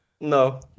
No